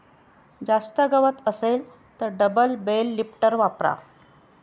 जास्त गवत असेल तर डबल बेल लिफ्टर वापरा